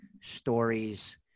stories